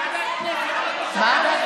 ועדת